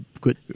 good